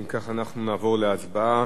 אם כך, נעבור להצבעה.